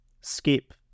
skip